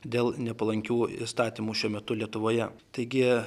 dėl nepalankių įstatymų šiuo metu lietuvoje taigi